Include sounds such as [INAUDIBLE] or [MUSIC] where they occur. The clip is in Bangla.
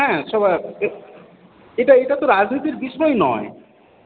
হ্যাঁ [UNINTELLIGIBLE] এটা এটা রাজনীতির বিষয় নয়